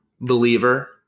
believer